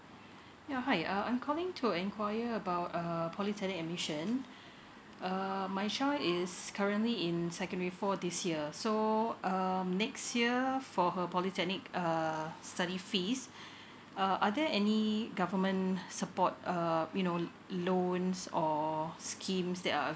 ya hi uh I'm calling to enquire about err polytechnic admission um my child is currently in secondary four this year so um next year for her polytechnic uh study fees uh are there any government support uh you know um loans or schemes that are